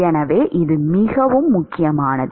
எனவே இது மிகவும் முக்கியமானது